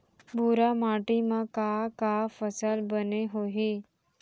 भूरा माटी मा का का फसल बने होही?